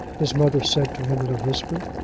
his mother said to him in a whisper.